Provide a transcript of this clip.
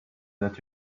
that